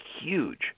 huge